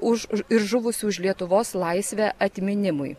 už ir žuvusių už lietuvos laisvę atminimui